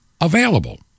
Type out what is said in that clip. available